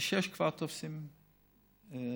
וב-06:00 כבר תופסים כיסאות.